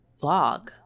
blog